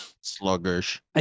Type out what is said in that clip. Sluggish